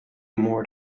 more